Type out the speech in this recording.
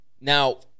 Now